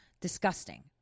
disgusting